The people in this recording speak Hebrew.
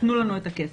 תנו לנו את הכסף.